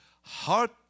heart